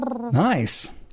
nice